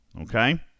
okay